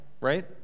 Right